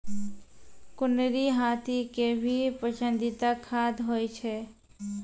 कुनरी हाथी के भी पसंदीदा खाद्य होय छै